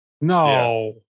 No